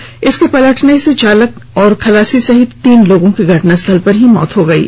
truck के पलटने से चालक खलासी सहित तीन लोगों की घटना स्थल पर ही मौत हो गयी